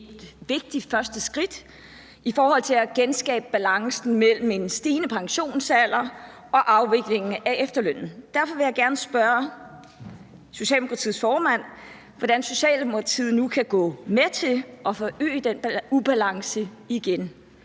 et vigtigt første skridt i forhold til at genskabe balancen mellem en stigende pensionsalder og afviklingen af efterlønnen. Derfor vil jeg gerne spørge Socialdemokratiets formand, hvordan Socialdemokratiet nu kan gå med til at forøge den ubalance igen